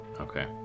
Okay